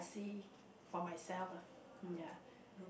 see for myself lah ya